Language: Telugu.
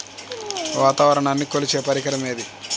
వాతావరణాన్ని కొలిచే పరికరం ఏది?